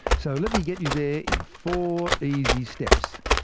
so let me get you there in four easy steps.